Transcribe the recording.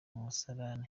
musarani